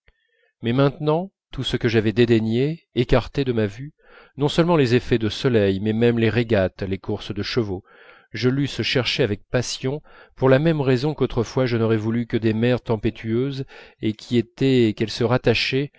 mais maintenant tout ce que j'avais dédaigné écarté de ma vue non seulement les effets de soleil mais même les régates les courses de chevaux je l'eusse recherché avec passion pour la même raison qu'autrefois je n'aurais voulu que des mers tempétueuses et qui était qu'elles se